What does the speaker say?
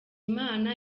imana